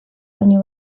baina